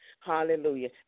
Hallelujah